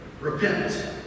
repent